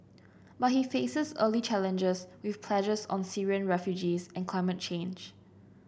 but he faces early challenges with pledges on Syrian refugees and climate change